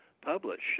publish